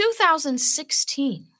2016